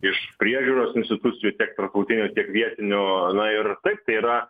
iš priežiūros institucijų tiek tarptautinių tiek vietinių na ir taip tai yra